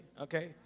okay